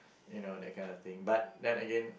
you know that kind of thing but then again